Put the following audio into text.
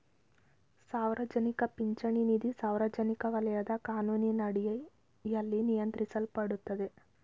ಸಾರ್ವಜನಿಕ ಪಿಂಚಣಿ ನಿಧಿ ಸಾರ್ವಜನಿಕ ವಲಯದ ಕಾನೂನಿನಡಿಯಲ್ಲಿ ನಿಯಂತ್ರಿಸಲ್ಪಡುತ್ತೆ